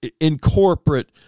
incorporate